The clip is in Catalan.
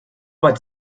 vaig